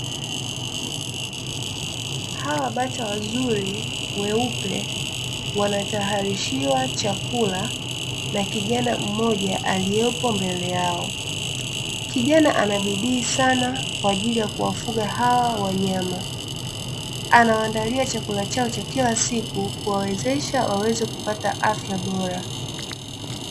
Hawa bata wazuri weupe wanatayarishiwa chakula na kijana mmoja aliyopo mbele yao, kijana ana bidii sana kwa ajili ya kuwafuga hawa wanyama, anawaandalia chakula chao cha kila siku kuwawezesha waweze kupata afya bora .